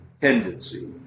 Tendency